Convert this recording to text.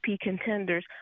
contenders